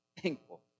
thankful